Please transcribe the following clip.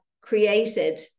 created